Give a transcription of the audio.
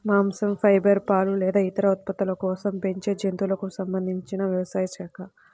మాంసం, ఫైబర్, పాలు లేదా ఇతర ఉత్పత్తుల కోసం పెంచే జంతువులకు సంబంధించిన వ్యవసాయ శాఖ